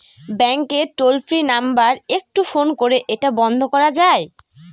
ব্যাংকের toll free number একটু phone করে এটা বন্ধ করা যায়?